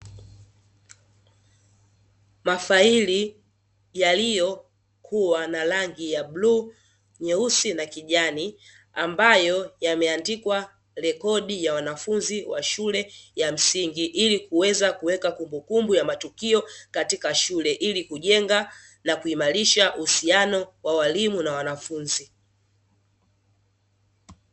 Mafaili yaliyokuwa na rangi ya bluu, nyeusi na kijani, ambayo yameandikwa rekodi ya wanafunzi wa shule ya msingi ili kuweza kuweka kumbukumbu ya matukio katika shule, ili kujenga na kuimarisha uhusiano wa walimu na wanafunzi.